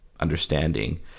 understanding